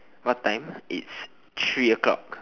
what time it's three o-clock